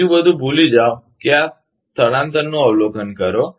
બીજુ બધુ ભૂલી જાઓ કે આ સ્થળાંતરનું અવલોકન કરો